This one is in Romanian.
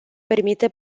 permite